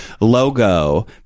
Logo